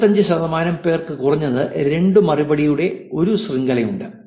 25 ശതമാനം പേർക്ക് കുറഞ്ഞത് 2 മറുപടികളുടെ ഒരു ശൃംഖലയുണ്ട്